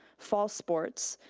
fall sports,